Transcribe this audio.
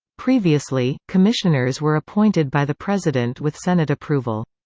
previously, commissioners were appointed by the president with senate approval.